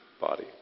body